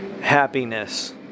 happiness